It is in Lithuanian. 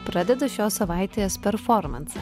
pradeda šios savaitės performansą